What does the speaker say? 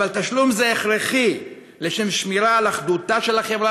אבל תשלום זה הכרחי לשם שמירה על אחדותה של החברה